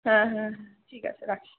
হ্যাঁ হ্যাঁ ঠিক আছে রাখি